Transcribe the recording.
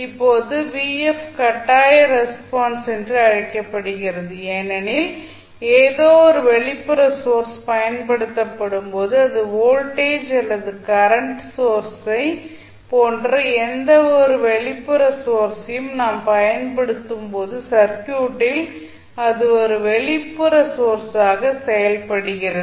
இப்போது கட்டாய ரெஸ்பான்ஸ் என்று அழைக்கப்படுகிறது ஏனெனில் ஏதோ ஒரு வெளிப்புற சோர்ஸ் பயன்படுத்தப்படும்போது அதாவது வோல்டேஜ் அல்லது கரண்ட் சோர்ஸ் போன்ற எந்த ஒரு வெளிப்புற சோர்ஸையும் நாம் பயன்படுத்தும் போது சர்க்யூட்டில் அது ஒரு வெளிப்புற சோர்ஸாக செயல்படுகிறது